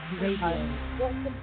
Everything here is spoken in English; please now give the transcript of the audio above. Radio